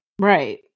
right